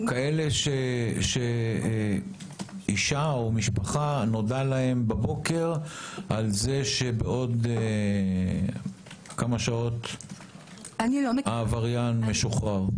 כאלה שלאישה או למשפחה נודע בבוקר על זה שבעוד כמה שעות העבריין משוחרר.